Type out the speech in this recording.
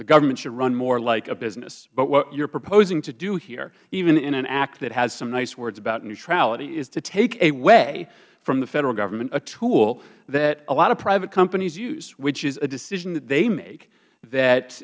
the government should run more like a business but what you are proposing to do here even in an act that has some nice words about neutrality is to take away from the federal government a tool that a lot of private companies use which is a decision that they make that